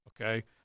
Okay